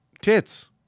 tits